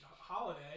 holiday